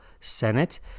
Senate